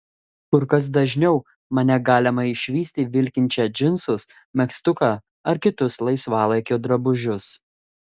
kur kas dažniau mane galima išvysti vilkinčią džinsus megztuką ar kitus laisvalaikio drabužius